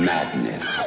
Madness